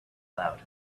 loud